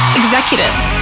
executives